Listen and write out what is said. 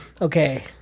okay